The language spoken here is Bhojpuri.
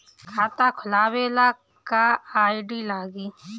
खाता खोलाबे ला का का आइडी लागी?